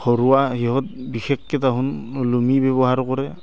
ঘৰুৱা সিহঁত বিশেষকে তাহোন লুঙি ব্যৱহাৰ কৰে